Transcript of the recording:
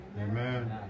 Amen